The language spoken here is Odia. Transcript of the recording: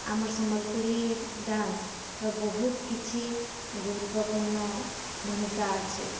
ଆମର୍ ସମ୍ବଲପୁରୀ ଡ଼୍ୟାନ୍ସର ବହୁତ୍ କିଛି ଗୁରୁତ୍ୱପୂର୍ଣ୍ଣ ଭୂମିକା ଅଛି